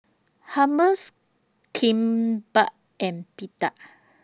Hummus Kimbap and Pita